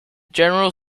general